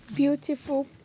Beautiful